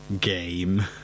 game